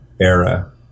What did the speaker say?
era